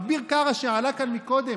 אביר קארה, שעלה פה קודם,